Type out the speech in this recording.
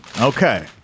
Okay